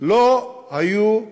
לא היו למען,